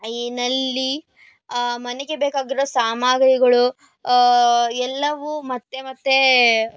ಈ ನಲ್ಲಿ ಮನೆಗೆ ಬೇಕಾಗಿರುವ ಸಾಮಗ್ರಿಗಳು ಎಲ್ಲವು ಮತ್ತೆ ಮತ್ತೆ